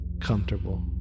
comfortable